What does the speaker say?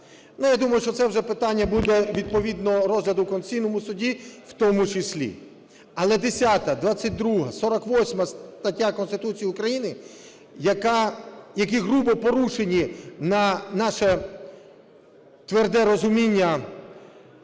я думаю, що це вже питання буде відповідно розгляду в Конституційному Суді в тому числі. Але 10-а, 22-а, 48-а стаття Конституції України, які грубо порушені, на наше тверде розуміння,